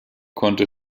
konnte